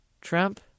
Trump